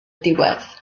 diwedd